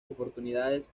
oportunidades